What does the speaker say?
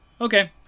Okay